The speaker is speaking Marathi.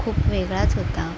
खूप वेगळाच होता